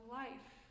life